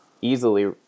easily